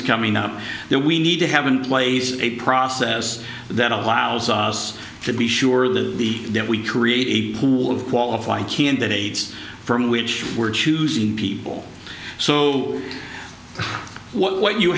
s coming up that we need to have in place a process that allows us to be sure the the that we create a pool of qualified candidates from which we're choosing people so what you